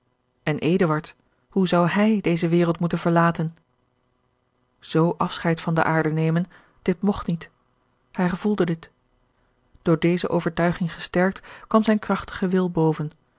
eduard hoe zou hij deze wereld moeten verlaten z afscheid van de aarde nemen dit mogt niet hij gevoelde dit door deze overtuiging gesterkt kwam zijn krachtige wil boven